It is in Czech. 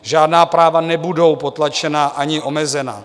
Žádná práva nebudou potlačena ani omezena.